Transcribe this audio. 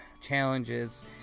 challenges